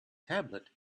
tablet